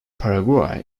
paraguay